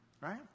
right